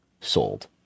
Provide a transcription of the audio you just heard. sold